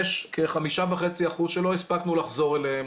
יש כ-5.5% שלא הספקנו לחזור אליהם,